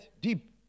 deep